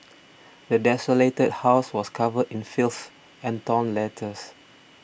the desolated house was covered in filth and torn letters